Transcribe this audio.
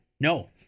no